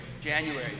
January